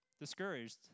discouraged